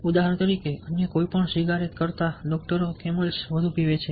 ઉદાહરણ તરીકે અન્ય કોઈપણ સિગારેટ કરતાં ડોકટરો કેમેલ્સ વધુ પીવે છે